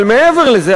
אבל מעבר לזה,